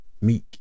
meek